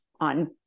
on